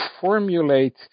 formulate